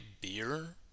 Beer